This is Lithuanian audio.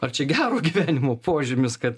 ar čia gero gyvenimo požymis kad